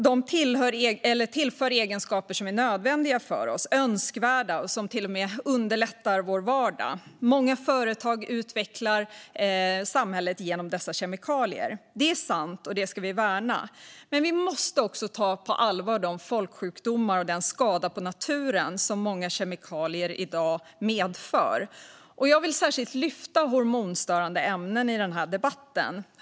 De tillför egenskaper som är nödvändiga och önskvärda för oss och som till och med underlättar vår vardag. Många företag utvecklar samhället genom dessa kemikalier. Det är sant, och detta ska vi värna. Men vi måste också ta på allvar de folksjukdomar och den skada på naturen som många kemikalier i dag medför. Jag vill särskilt lyfta hormonstörande ämnen i denna debatt.